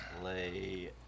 play